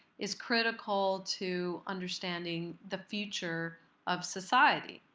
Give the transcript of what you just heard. is critical to understanding the future of society.